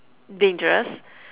dangerous